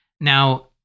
Now